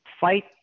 fight